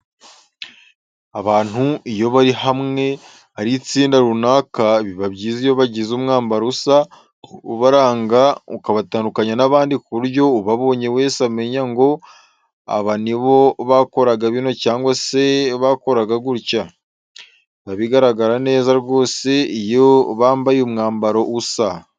Abantu iyo bari hamwe ari itsinda runaka biba byiza iyo bagize umwambaro usa ubaranga ukabatandukanya n'abandi kuburyo ubabonye wese amenya ngo aba nibo bakoraga bino cyangwa se bakoraga gutya. Biba bigaragara neza rwose iyo bambaye umwambaro usa.